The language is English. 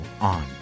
on